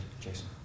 Jason